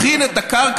מכין את הקרקע,